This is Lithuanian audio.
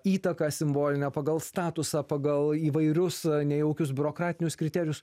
įtaką simbolinę pagal statusą pagal įvairius nejaukius biurokratinius kriterijus